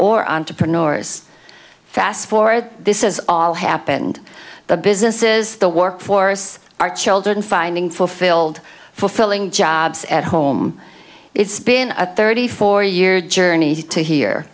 or entrepreneurs fast forward this is all happened the businesses the workforce our children finding fulfilled fulfilling jobs at home it's been a thirty four year journey to hear